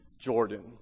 Jordan